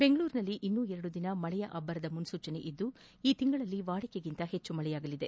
ಬೆಂಗಳೂರಿನಲ್ಲಿ ಇನ್ನೂ ಎರಡು ದಿನ ಮಳೆಯ ಅಭ್ವರದ ಮುನ್ಲೂಚನೆಯಿದ್ದು ಈ ತಿಂಗಳಲ್ಲಿ ವಾಡಿಕೆಗಿಂತ ಹೆಚ್ಚು ಮಳೆಯಾಗಲಿದೆ